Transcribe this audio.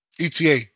ETA